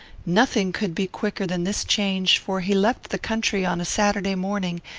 nothing could be quicker than this change, for he left the country on a saturday morning,